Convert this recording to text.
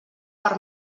per